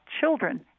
children